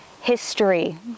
History